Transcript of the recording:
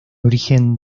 origen